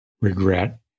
regret